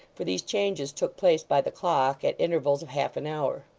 for these changes took place by the clock, at intervals of half an hour.